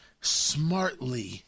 smartly